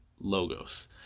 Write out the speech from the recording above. logos